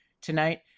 tonight